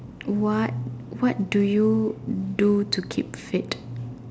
what what do you do to keep fit